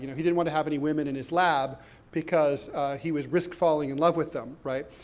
you know he didn't want to have any women in his lab because he was risk falling in love with them, right.